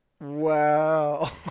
Wow